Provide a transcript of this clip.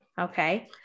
Okay